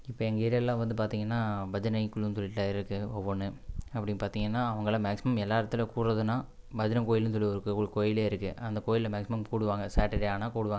இப்போ எங்கள் ஏரியால்லாம் வந்து பார்த்தீங்கன்னா பஜனை குழுன்னு சொல்லிட்டு இருக்குது ஒவ்வொன்று அப்படின்னு பார்த்தீங்கன்னா அவங்கள்லாம் மேக்ஸிமம் எல்லா இடத்துல கூட்டுறதுன்னா பஜனை கோயிலுன்னு சொல்லி ஒன்று இருக்குது ஒரு கோயிலே இருக்குது அந்த கோயில்ல மேக்ஸிமம் போடுவாங்க சேட்டர்டே ஆனால் போடுவாங்க